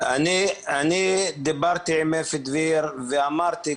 אני דיברתי עם אפי דביר ואמרתי,